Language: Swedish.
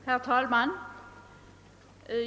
Herr talman!